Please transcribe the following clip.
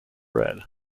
read